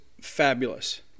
fabulous